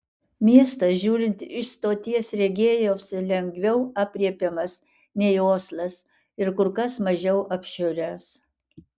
miestas žiūrint iš stoties regėjosi lengviau aprėpiamas nei oslas ir kur kas mažiau apšiuręs